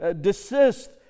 desist